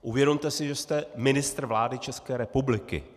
Uvědomte si, že jste ministr vlády České republiky.